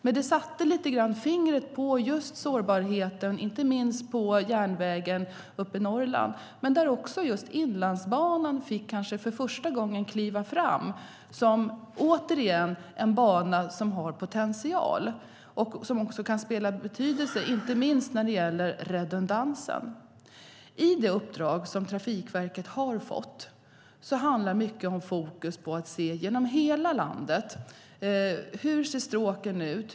Men den satte lite grann fingret på just sårbarheten, inte minst för järnvägen i Norrland, där Inlandsbanan kanske för första gången fick kliva fram som en bana som har potential och som kan ha betydelse, inte minst när det gäller redundansen. Det uppdrag som Trafikverket har fått handlar mycket om att se på hela landet: Hur ser stråken ut?